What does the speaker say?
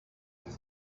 now